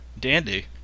Dandy